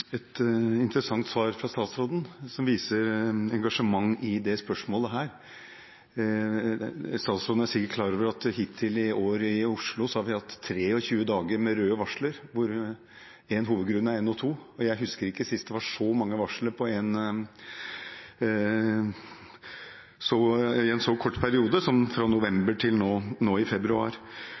et interessant svar fra statsråden, som viser engasjement i dette spørsmålet. Statsråden er sikkert klar over at hittil i år i Oslo har vi hatt 23 dager med røde varsler, hvor én hovedgrunn er NO 2 . Jeg husker ikke sist det var så mange varsler i løpet av en så kort periode som fra november til nå i februar,